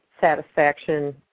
satisfaction